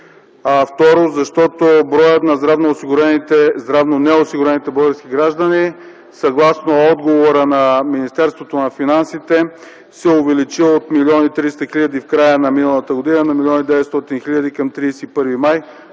Второ, защото броят на здравно неосигурените български граждани съгласно отговора на Министерството на финансите се е увеличил от 1 млн. 300 хиляди в края на миналата година на 1 млн. 900 хиляди към 31 май